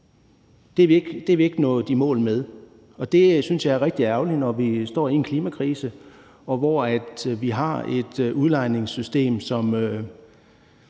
Det er vi ikke nået i mål med, og det synes jeg er rigtig ærgerligt, når vi står i en klimakrise, og når vi har et udlejningssystem,